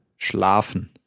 Schlafen